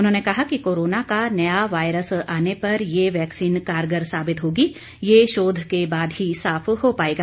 उन्होंने कहा कि कोरोना का नया वायरस आने पर ये वैक्सीन कारगर साबित होगी यह शोध के बाद ही साफ हो पाएगा